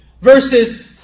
verses